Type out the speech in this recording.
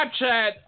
Snapchat